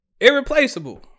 Irreplaceable